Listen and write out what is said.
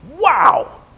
Wow